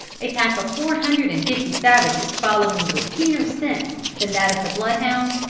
a pack of four hundred and fifty savages following with keener scent than that of the bloodhound,